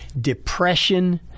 depression